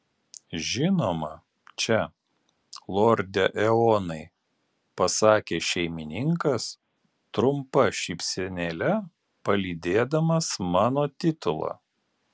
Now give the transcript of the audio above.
žinoma čia lorde eonai pasakė šeimininkas trumpa šypsenėle palydėdamas mano titulą